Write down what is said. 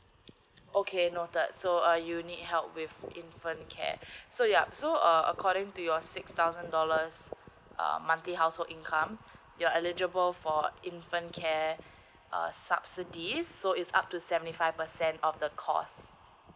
okay noted so uh you need help with infant care so yup so according to your six thousand dollars um monthly household income you're eligible for infant care uh subsidies so it's up to seventy five percent of the cost